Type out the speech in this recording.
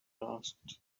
asked